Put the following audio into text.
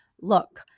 look